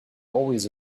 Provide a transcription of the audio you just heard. always